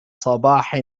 صباح